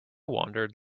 wandered